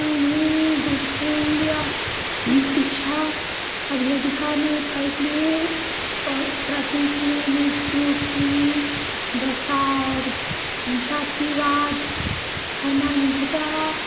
उन्हें जो स्कूल लिया ये शिक्षा कभी अधिकार नहीं था इसलिए प्राचीन समय में स्त्रियों की दशा और जातिवाद धर्मान्तरण